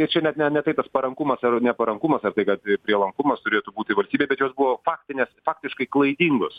ir čia net ne ne tai kas parankumas ar neparankumas ar tai kad prielankumas turėtų būt tai valstybei bet jos buvo faktinės faktiškai klaidingos